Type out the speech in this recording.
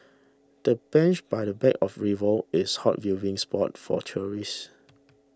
the bench by the bank of river is a hot viewing spot for tourists